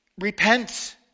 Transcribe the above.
repent